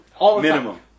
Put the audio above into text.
Minimum